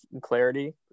clarity